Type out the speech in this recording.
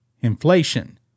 inflation